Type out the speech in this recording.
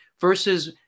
versus